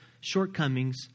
shortcomings